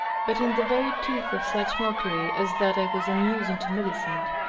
but in the very teeth of such mockery as that i was amusing to millicent,